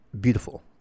beautiful